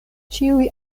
ĉiuj